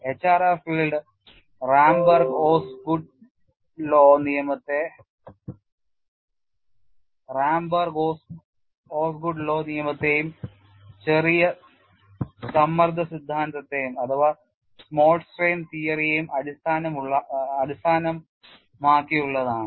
HRR field Ramberg Osgood നിയമത്തെയും ചെറിയ സമ്മർദ്ദ സിദ്ധാന്തത്തെയും അടിസ്ഥാനമാക്കിയുള്ളതാണ്